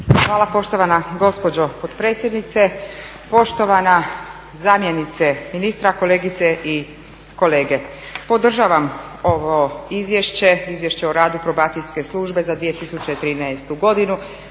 Hvala poštovana gospođo potpredsjednice. Poštovana zamjenice ministra, kolegice i kolege. Podržavam ovo izvješće, Izvješće o radu Probacijske službe za 2013.godinu,